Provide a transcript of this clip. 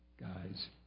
guys